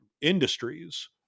industries